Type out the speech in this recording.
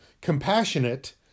compassionate